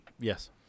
Yes